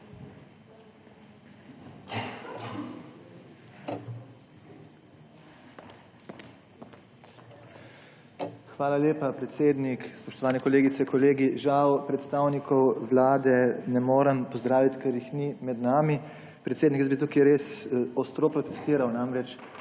Hvala lepa, predsednik. Spoštovani kolegice, kolegi! Žal predstavnikov Vlade ne morem pozdraviti, ker jih ni med nami. Predsednik, tukaj bi res ostro protestiral, namreč